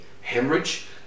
hemorrhage